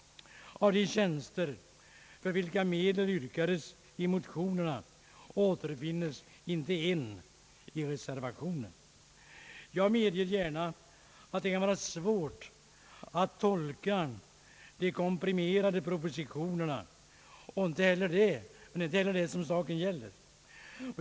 Av de tjänster, för vilka medel yrkades i motionerna, åter finnes inte en enda i reservationen. Jag medger gärna att det kan vara svårt att tolka de komprimerade propositionerna. Men det är inte detta som saken gäller.